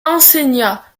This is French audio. enseigna